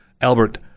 Albert